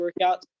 workouts